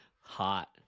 hot